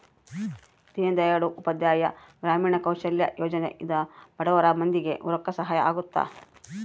ದೀನ್ ದಯಾಳ್ ಉಪಾಧ್ಯಾಯ ಗ್ರಾಮೀಣ ಕೌಶಲ್ಯ ಯೋಜನೆ ಇಂದ ಬಡುರ್ ಮಂದಿ ಗೆ ರೊಕ್ಕ ಸಹಾಯ ಅಗುತ್ತ